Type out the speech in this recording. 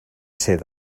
ser